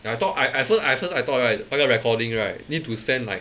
ya I thought I at first I at first I thought right 那个 recording right need to send like